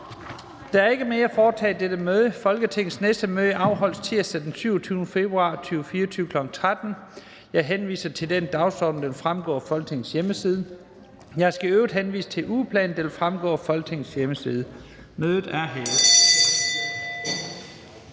Der er ikke mere at foretage i dette møde. Folketingets næste møde afholdes tirsdag den 27. februar 2024, kl. 13.00. Jeg henviser til den dagsorden, der vil fremgå af Folketingets hjemmeside. Jeg skal i øvrigt henvise til ugeplanen, der vil fremgå af Folketingets hjemmeside. Mødet er hævet.